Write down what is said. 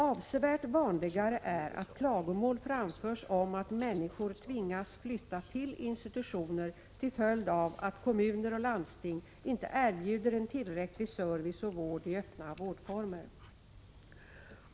Avsevärt vanligare är att klagomål framförs om att människor tvingas flytta till institutioner till följd av att kommuner och landsting inte erbjuder en tillräcklig service och vård i öppna vårdformer.